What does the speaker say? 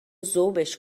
ذوبش